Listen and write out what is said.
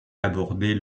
abordée